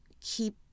keep